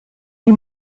die